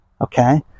okay